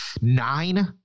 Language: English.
nine